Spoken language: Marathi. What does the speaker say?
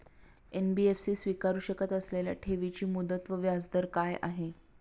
एन.बी.एफ.सी स्वीकारु शकत असलेल्या ठेवीची मुदत व व्याजदर काय आहे?